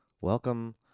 welcome